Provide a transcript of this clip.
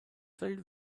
filled